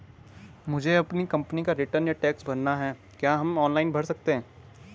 मुझे अपनी कंपनी का रिटर्न या टैक्स भरना है क्या हम ऑनलाइन भर सकते हैं?